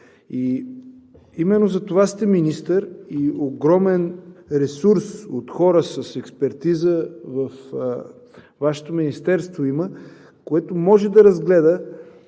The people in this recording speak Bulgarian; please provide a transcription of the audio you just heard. Именно затова сте министър, има огромен ресурс от хора с експертиза във Вашето министерство, което може да разгледа